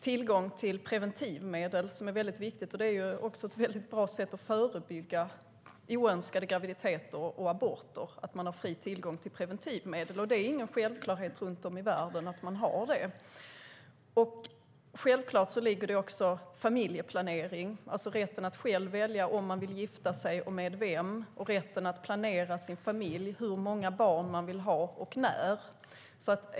Tillgång till preventivmedel är också viktig, och det är ett bra sätt att förebygga oönskade graviditeter och aborter. Det är ingen självklarhet i världen med fri tillgång till preventivmedel. Självklart ligger också familjeplanering i detta - alltså rätten att själv välja om man vill gifta sig och med vem, rätten att planera sin familj, hur många barn man vill ha och när.